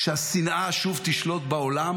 שהשנאה שוב תשלוט בעולם,